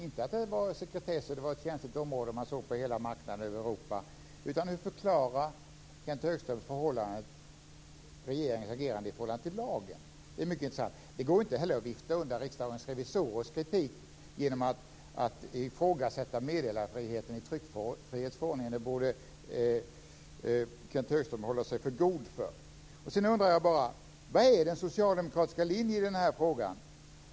Jag talar alltså inte om sekretessen, att det var ett känsligt område och att man såg till hela marknaden över Europa, utan hur förklarar Kenth Högström regeringens agerande i förhållande till lagen? Det är mycket intressant. Det går heller inte att vifta undan Riksdagens revisorers kritik genom att ifrågasätta meddelarfriheten i tryckfrihetsförordningen. Det borde Kenth Högström hålla sig för god för. Sedan undrar jag bara: Vilken är den socialdemokratiska linjen i den här frågan?